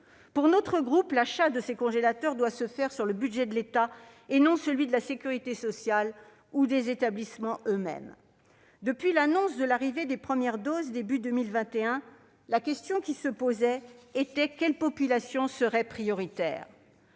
Selon notre groupe, l'achat de ces congélateurs doit se faire sur le budget de l'État et non sur celui de la Sécurité sociale ou des établissements eux-mêmes. Depuis l'annonce de l'arrivée des premières doses au début de 2021, une question se posait : quelles populations seraient prioritaires ?